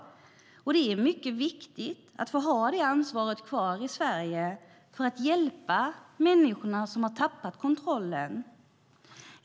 Det är mycket viktigt att få ha det ansvaret kvar i Sverige för att hjälpa människor som har tappat kontrollen.